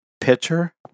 pitcher